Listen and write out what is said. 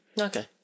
Okay